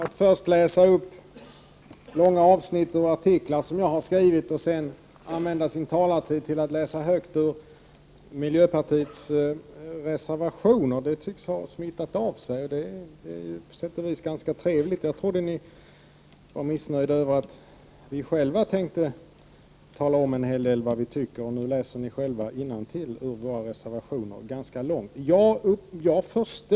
Herr talman! Att först läsa upp långa avsnitt från artiklar som jag har skrivit och sedan använda sin taletid till att läsa upp ur miljöpartiets reservationer tycks ha smittat av sig. På sätt och vis är det ganska trevligt. Men jag trodde att ni var missnöjda med att vi hade en hel del att säga. Nu läser ni själva innantill vad vi skriver i våra reservationer. Dessutom rör det sig, som sagt, om ganska långa avsnitt.